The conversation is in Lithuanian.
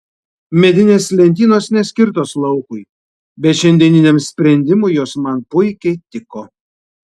medinės lentynos neskirtos laukui bet šiandieniniam sprendimui jos man puikiai tiko